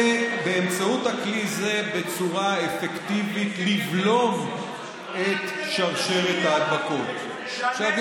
ובאמצעות כלי זה לבלום את שרשרת ההדבקות בצורה אפקטיבית.